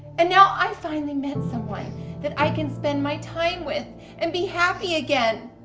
and now i finally met someone that i can spend my time with and be happy again.